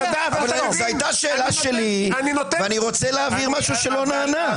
זו הייתה שאלה שלי ואני רוצה להבהיר משהו שלא נענה.